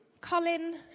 Colin